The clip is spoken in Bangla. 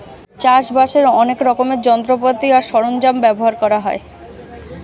চাষবাসের অনেক রকমের যন্ত্রপাতি আর সরঞ্জাম ব্যবহার করা হয়